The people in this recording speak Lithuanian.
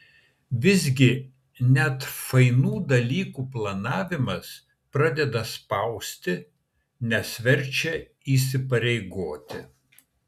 visgi net fainų dalykų planavimas pradeda spausti nes verčia įsipareigoti